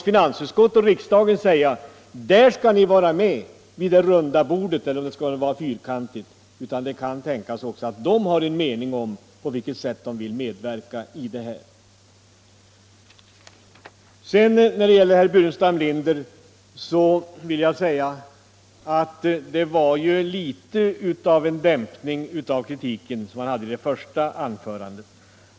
Finansutskottet och riksdagen skall inte föreskriva att de precis skall sätta sig vid det runda eller det fyrkantiga bordet — det kan tänkas att de själva har en mening om på vilket sätt de vill medverka. När det sedan gäller herr Burenstam Linder vill jag säga, att hans senaste inlägg något dämpade den kritik som han framförde i sitt första anförande.